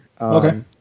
okay